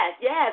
yes